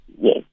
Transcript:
Yes